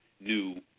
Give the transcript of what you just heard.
new